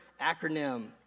acronym